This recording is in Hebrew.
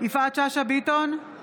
יפעת שאשא ביטון,